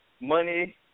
Money